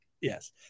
Yes